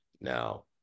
Now